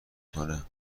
کنه